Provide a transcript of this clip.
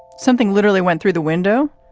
something literally went through the window.